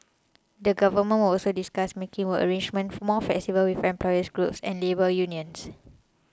the Government will also discuss making work arrangements more flexible with employer groups and labour unions